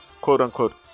quote-unquote